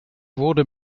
wurde